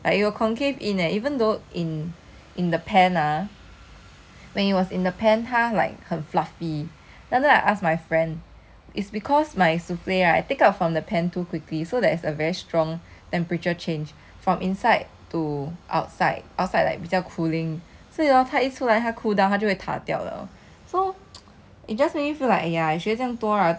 souffle pancakes 出来每次都塌的 like you it will just fall and have concave like it will concave in eh even though the pan ah when it was in the pan 他 like 很 fluffy then after that I ask my friend it's because my souffle right I take from the pan too quickly so there's a very strong temperature change from inside to outside outside like 比较 cooling